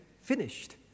finished